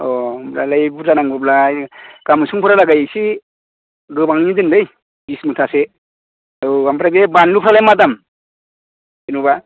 अ होमब्लालाय बुरजा नांगौब्ला गाबोन समफोरा लागै एसे गोबांयैनो दोनलै बिस मुथासो औ ओमफ्राय बे बानलुफ्रालाय मा दामजेनेबा